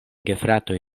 gefratoj